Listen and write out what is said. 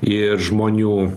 ir žmonių